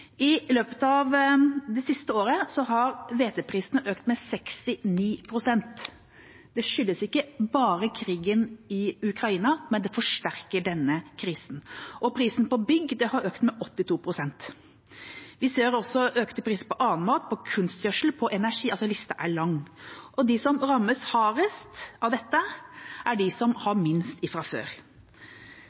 I løpet av det siste året har hveteprisene økt med 69 pst. Det skyldes ikke bare krigen i Ukraina, men det forsterker denne krisen. Prisen på bygg har økt med 82 pst. Vi ser også økte priser på annen mat, på kunstgjødsel, på energi – lista er lang. De som rammes hardest av dette, er de som har minst fra før.